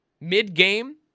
Mid-game